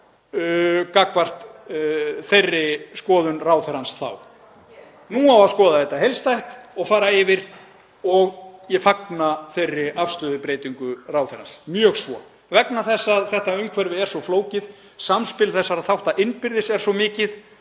U-beygju gagnvart þeirri skoðun ráðherrans þá. Nú á að skoða þetta heildstætt og fara yfir. Ég fagna þeirri afstöðubreytingu ráðherrans mjög svo vegna þess að þetta umhverfi er svo flókið. Samspil þessara þátta innbyrðis er svo mikið